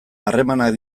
harremanak